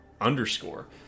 underscore